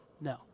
No